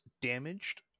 damaged